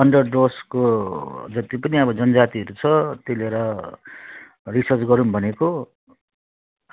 अनि त डुवर्सको जति पनि अब जनजातिहरू छ त्यो लिएर रिसर्च गरौँ भनेको